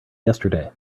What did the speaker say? yesterday